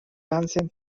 ganzen